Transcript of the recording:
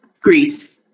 Greece